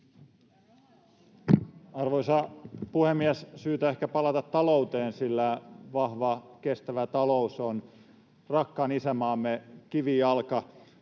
Arvoisa puhemies! On syytä ehkä palata talouteen, sillä vahva, kestävä talous on rakkaan isänmaamme kivijalka